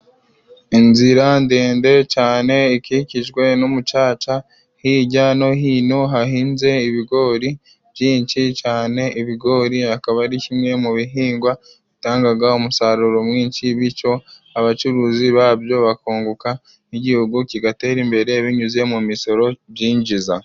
Inzira ndende cyane ikikijwe n'umucaca hirya no hino hahinze ibigori byinshi cyane ibigori akaba ari kimwe mu bihingwa bitanga umusaruro mwinshi bityo abacuruzi babyo bakunguka n'igihugu kigatera imbere binyuze mu misoro byinjiza.